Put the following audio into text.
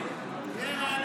אם לא יהיה 61, מה זה משנה?